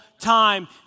time